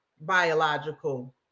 biological